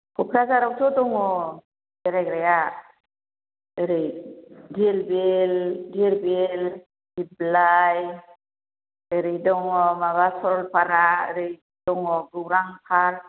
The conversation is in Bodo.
क'क्राझारआव थ' दङ बेरालायग्राया ओरै दिरबिल दिरबिल दिफ्लाइ ओरै दङ माबा सरलफारा औरै दङ गौरां पार्क